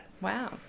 wow